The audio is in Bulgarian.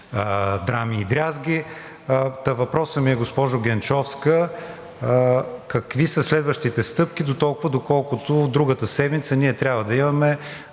драми и дрязги. Та въпросът ми е, госпожо Генчовска, какви са следващите стъпки, дотолкова, доколкото другата седмица ние трябва да имаме